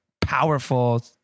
powerful